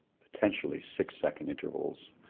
potentially six-second intervals,